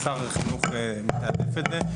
שר החינוך יתעדף את זה,